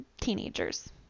teenagers